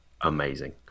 amazing